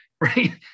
right